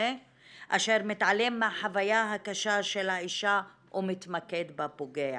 אשר מתעלם מהחוויה הקשה של האישה ומתמקד בפוגע.